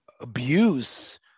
abuse